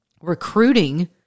recruiting